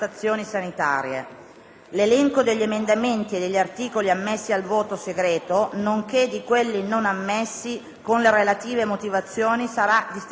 L'elenco degli emendamenti e degli articoli ammessi al voto segreto, nonché di quelli non ammessi, con le relative motivazioni, sarà distribuito ai Gruppi.